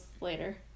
later